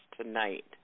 tonight